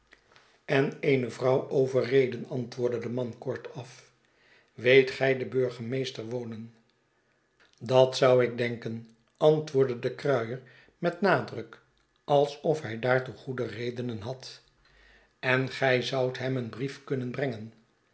en eene vrouw overreden antwoordde de man kortaf weet gij den burgemeester wonen dat zou ik denken antwoordde de kruier met nadruk alsof hij daartoe goede redenen had en gij zoudt hem een brief kunnen brengen